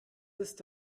ist